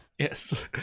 Yes